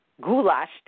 goulash